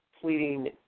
pleading